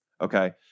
Okay